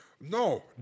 No